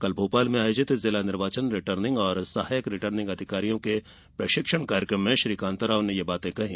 कल भोपाल में आयोजित जिला निर्वाचन रिटर्निंग और सहायक रिटर्निंग अधिकारियों के प्रशिक्षण कार्यक्रम में श्री कांताराव ने यह बात कहीं